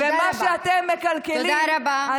רק כשאתם יושבים באופוזיציה, אז אנחנו